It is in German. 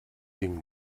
ging